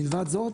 מלבד זאת,